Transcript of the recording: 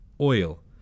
oil